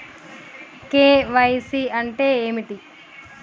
KYC అంటే ఏమిటి?